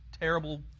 terrible